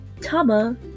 Tama